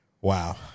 Wow